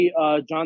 John